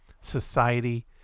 society